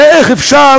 הרי איך אפשר,